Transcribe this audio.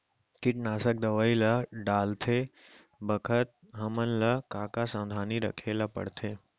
कीटनाशक दवई ल डालते बखत हमन ल का का सावधानी रखें ल पड़थे?